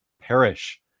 perish